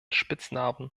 spitznamen